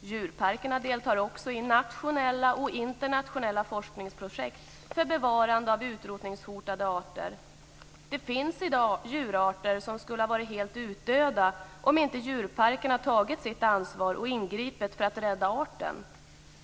Djurparkerna deltar också i nationella och internationella forskningsprojekt för bevarande av utrotningshotade arter. Det finns i dag djurarter som skulle ha varit helt utdöda om inte djurparkerna hade tagit sitt ansvar och ingripit för att rädda arten.